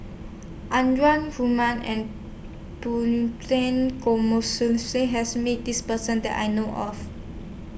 Anwarul Haque and has Met This Person that I know of